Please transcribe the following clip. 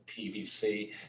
pvc